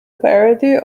parody